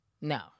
No